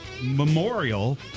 Memorial